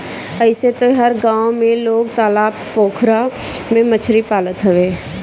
अइसे तअ हर गांव घर में लोग तालाब पोखरा में मछरी पालत हवे